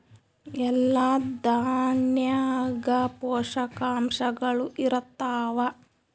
ಎಲ್ಲಾ ದಾಣ್ಯಾಗ ಪೋಷಕಾಂಶಗಳು ಇರತ್ತಾವ?